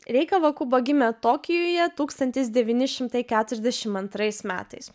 rei kavakubo gimė tokijuje tūkstantis devyni šimtai keturiasdešimt antrais metais